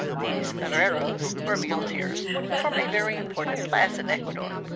these arrieros, or muleteers, form a very important class in ecuador.